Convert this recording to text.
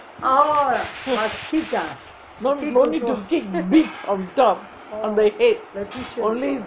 no no need to kick beat on top on the head only